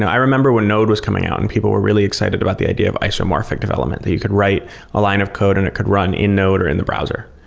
i remember when node was coming out and people were really excited about the idea of isomorphic development, that you could write a line of code and it could run in node or in the browser.